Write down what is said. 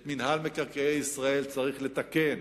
את מינהל מקרקעי ישראל צריך לתקן,